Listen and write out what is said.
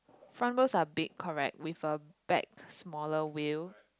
front wheels are big correct with a back smaller wheel